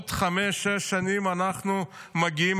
עוד חמש, שש שנים אנחנו מגיעים